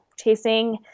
chasing